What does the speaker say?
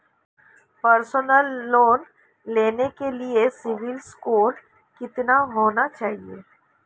Personal loan लेने के लिए सिबिल स्कोर कितना होना चाहिए?